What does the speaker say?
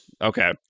Okay